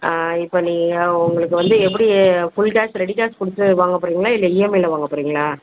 இப்போ நீங்கள் உங்களுக்கு வந்து எப்படி ஃபுல் கேஷ் ரெடி கேஷ் கொடுத்து வாங்க போகிறீங்களா இல்லை இஎம்ஐவில் வாங்க போகிறீங்களா